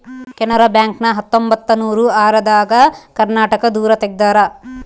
Canara Bank ನ ಹತ್ತೊಂಬತ್ತನೂರ ಆರ ದಾಗ ಕರ್ನಾಟಕ ದೂರು ತೆಗ್ದಾರ